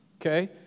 okay